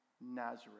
Nazareth